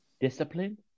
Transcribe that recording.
discipline